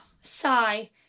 sigh